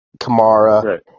Kamara